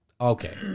Okay